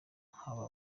haba